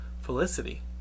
Felicity